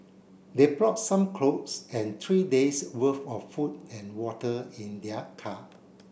they brought some clothes and three days' worth of food and water in their car